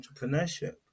entrepreneurship